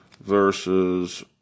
versus